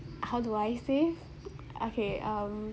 how do I say okay um